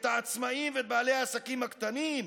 את העצמאים ואת בעלי העסקים הקטנים,